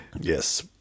Yes